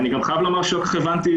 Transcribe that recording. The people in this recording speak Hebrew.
אני חייב לומר גם שלא כל כך הבנתי